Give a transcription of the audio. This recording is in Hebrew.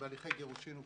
בהליכי גירושין ופירוד.